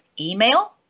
Email